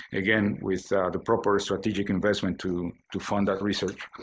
again, with the proper strategic investment to to fund that research.